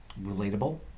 relatable